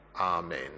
Amen